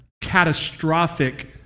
catastrophic